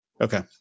Okay